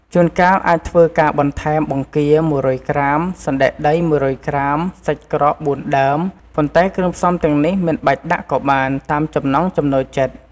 ជួនកាលអាចធ្វើការបន្ថែម បង្គា ១០០ក្រាម សណ្ដែកដី ១០០ក្រាម សាច់ក្រក ៤ដើម ប៉ុន្តែគ្រឿងផ្សំទាំងនេះមិនបាច់ដាក់ក៏បាន តាមចំណង់ចំណូលចិត្ត។